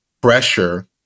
pressure